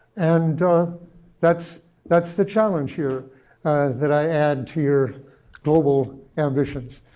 and that's that's the challenge here that i add to your global ambitions,